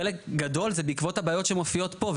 חלק גדול זה בעקבות הבעיות שמופיעות פה.